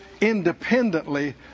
independently